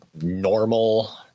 normal